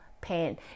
pain